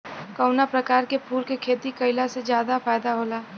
कवना प्रकार के फूल के खेती कइला से ज्यादा फायदा होला?